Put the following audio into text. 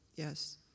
Yes